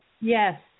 Yes